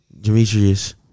Demetrius